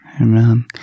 Amen